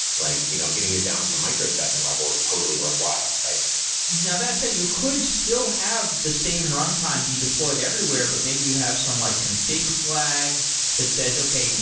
like you know getting it down to the microsecond level is totally worthwhile. now, that said. you could still have the same runtime be deployed everywhere, but maybe you have some like config flag that says, okay.